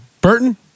Burton